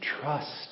trust